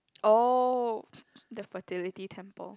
oh the fertility temple